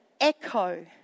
echo